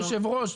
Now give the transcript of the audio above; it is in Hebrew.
היושב-ראש,